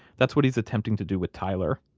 that's what he's attempting to do with tyler.